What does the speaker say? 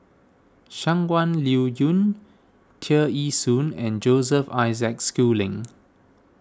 Shangguan Liuyun Tear Ee Soon and Joseph Isaac Schooling